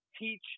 teach